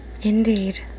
Indeed